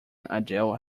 adele